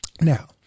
Now